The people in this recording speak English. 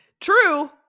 True